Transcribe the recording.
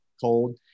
cold